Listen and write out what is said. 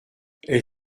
elle